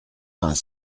vingts